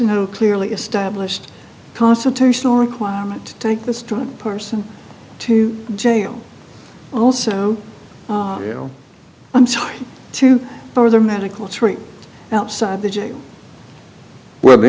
no clearly established constitutional requirement to take this drug person to jail also i'm sorry to further medical treatment outside the jail well the